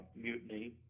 mutiny